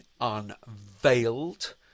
unveiled